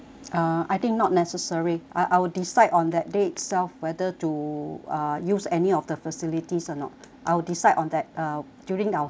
I think not necessary I'll I'll decide on that day itself whether to uh use any of the facilities or not I'll decide on that uh during our stay